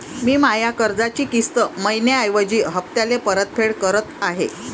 मी माया कर्जाची किस्त मइन्याऐवजी हप्त्याले परतफेड करत आहे